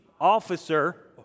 officer